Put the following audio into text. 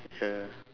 ya